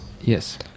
Yes